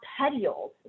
petioles